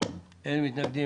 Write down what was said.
מי נמנע?